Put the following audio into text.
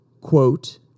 Quote